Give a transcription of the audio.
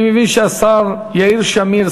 אני מבין שהשר יאיר שמיר,